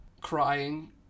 crying